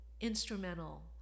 instrumental